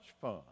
fun